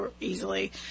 easily